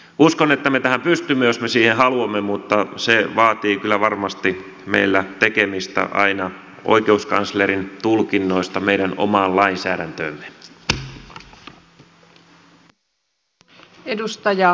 uskon että me tähän pystymme jos me siihen haluamme mutta se vaatii kyllä varmasti meillä tekemistä aina oikeuskanslerin tulkinnoista meidän omaan lainsäädäntöömme